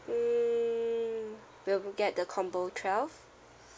hmm will get the combo twelve